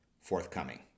forthcoming